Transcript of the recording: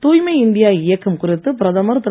தூய்மை இந்தியா இயக்கம் குறித்து பிரதமர் திரு